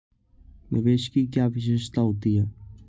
निवेश की क्या विशेषता होती है?